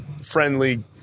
friendly